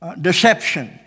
deception